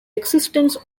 existence